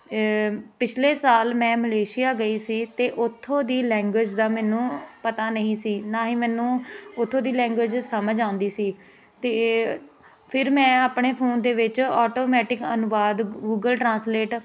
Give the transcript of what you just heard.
ਪਿਛਲੇ ਸਾਲ ਮੈਂ ਮਲੇਸ਼ੀਆ ਗਈ ਸੀ ਅਤੇ ਉਥੋਂ ਦੀ ਲੈਂਗੁਏਜ ਦਾ ਮੈਨੂੰ ਪਤਾ ਨਹੀਂ ਸੀ ਨਾ ਹੀ ਮੈਨੂੰ ਉਥੋਂ ਦੀ ਲੈਂਗੁਏਜ ਸਮਝ ਆਉਂਦੀ ਸੀ ਅਤੇ ਫਿਰ ਮੈਂ ਆਪਣੇ ਫੋਨ ਦੇ ਵਿੱਚ ਆਟੋਮੈਟਿਕ ਅਨੁਵਾਦ ਗੂਗਲ ਟਰਾਂਸਲੇਟ